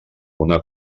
una